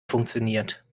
funktioniert